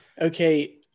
Okay